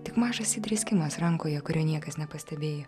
tik mažas įdrėskimas rankoje kurio niekas nepastebėjo